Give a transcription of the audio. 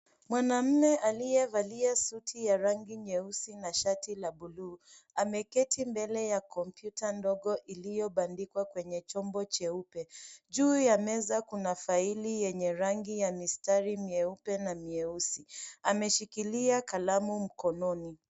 Mwanaume aliyevalia suti ya rangi nyeusi na shati la buluu ameketi mbele ya kompyuta ndogo iliyobandikwa kwenye chombo cheupe. Juu ya meza kuna faili yenye rangi ya mistari mieupe na mieusi . Ameshikilia kalamu mkononi.